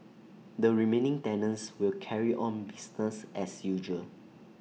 the remaining tenants will carry on business as usual